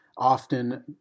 often